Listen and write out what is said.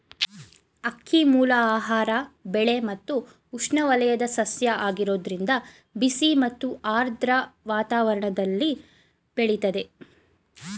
ಅಕ್ಕಿಮೂಲ ಆಹಾರ ಬೆಳೆ ಮತ್ತು ಉಷ್ಣವಲಯದ ಸಸ್ಯ ಆಗಿರೋದ್ರಿಂದ ಬಿಸಿ ಮತ್ತು ಆರ್ದ್ರ ವಾತಾವರಣ್ದಲ್ಲಿ ಬೆಳಿತದೆ